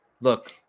look